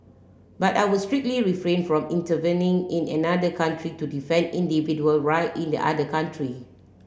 but I would strictly refrain from intervening in another country to defend individual right in the other country